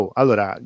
allora